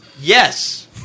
Yes